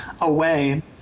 away